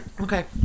Okay